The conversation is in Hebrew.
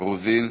רוזין.